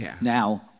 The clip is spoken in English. now